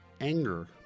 anger